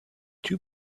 two